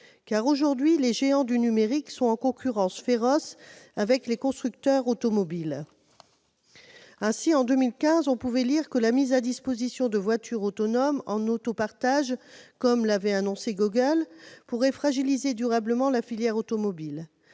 aujourd'hui, les géants du numérique sont en concurrence féroce avec les constructeurs automobiles. Ainsi, en 2015, on pouvait lire que la mise à disposition de voitures autonomes en autopartage, annoncée par Google, pourrait fragiliser durablement la filière automobile.